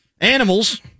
animals